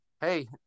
Hey